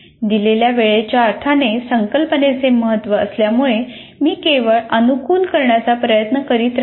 दिलेल्या वेळेच्या अर्थाने संकल्पनेचे महत्त्व असल्यामुळे मी वेळ अनुकूल करण्याचा प्रयत्न करीत नाही